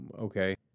Okay